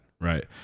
Right